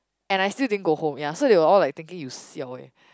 and I still didn't go home ya so they were all like thinking you siao eh